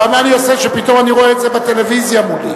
אבל מה אני אעשה שפתאום אני רואה את זה בטלוויזיה מולי?